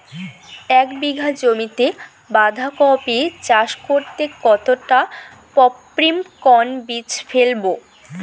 এক বিঘা জমিতে বাধাকপি চাষ করতে কতটা পপ্রীমকন বীজ ফেলবো?